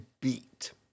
Beat